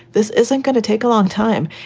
this isn't going to take a long time.